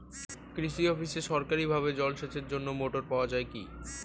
কৃষি অফিসে সরকারিভাবে জল সেচের জন্য মোটর পাওয়া যায় কি?